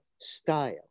style